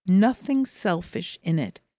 nothing selfish in it.